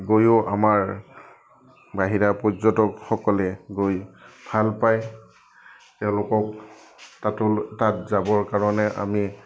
গৈও আমাৰ বাহিৰা পৰ্যটকসকলে গৈ ভাল পায় তেওঁলোকক তাতো তাত যাবৰ কাৰণে আমি